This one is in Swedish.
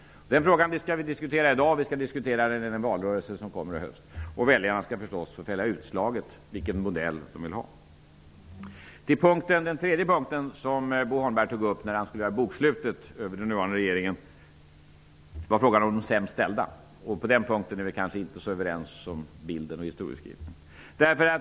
Den fråga som vi skall diskutera i dag skall vi diskutera i valrörelsen i höst, och väljarna skall förstås få fälla utslaget när det gäller vilken modell vi skall ha. Den tredje punkten som Bo Holmberg tog upp när han skulle göra bokslut över den nuvarande regeringen var frågan om de sämst ställda. På den punkten är vi kanske inte så överens om bilden och historieskrivningen.